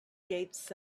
gates